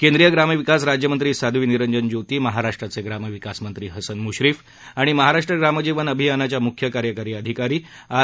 केंद्रीय ग्रामविकास राज्यमंत्री साध्वी निरंजन ज्योती महराष्ट्राचे ग्रामविकासमंत्री हसन मुश्रीप आणि महाराष्ट्र ग्रामजीवन अभियानाच्या मुख्य कार्यकारी अधिकारी आर